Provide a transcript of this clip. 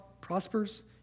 prospers